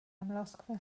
amlosgfa